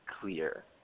clear